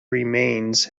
remains